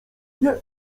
nie